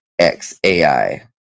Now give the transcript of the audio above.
xai